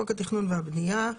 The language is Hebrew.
"חוק התכנון והבנייה"